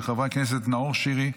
של חברי הכנסת נאור שירי,